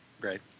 Great